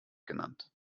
genannt